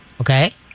Okay